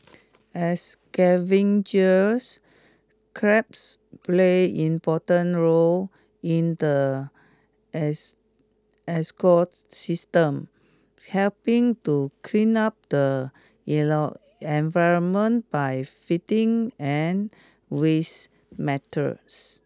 as scavengers crabs play important roles in the ecosystem helping to clean up the environment by feeding on waste matters